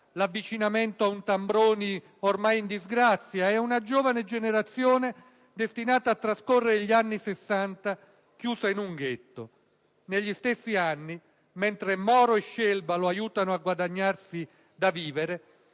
l'avvicinamento a un Tambroni ormai in disgrazia e ad una giovane generazione destinata a trascorrere gli anni Sessanta chiusa in un ghetto. Negli stessi anni, mentre Moro e Scelba lo aiutano a guadagnarsi da vivere,